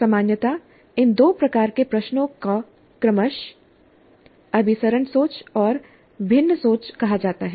सामान्यतः इन दो प्रकार के प्रश्नों को क्रमशः अभिसरण सोच और भिन्न सोच कहा जाता है